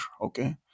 okay